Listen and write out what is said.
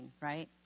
right